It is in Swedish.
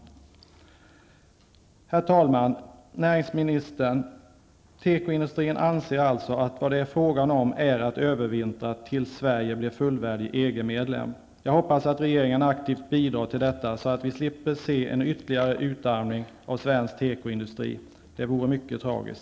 Herr talman! Herr näringsminister! Tekoindustrin anser alltså att det är fråga om att ''övervintra'' tills Sverige blir fullvärdig EG-medlem. Jag hoppas att regeringen aktivt bidrar till detta, så att vi slipper se en ytterligare utarmning av svensk tekoindustri, för en sådan vore mycket tragisk.